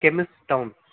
கெமிஸ்டௌன்